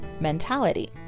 mentality